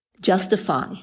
justify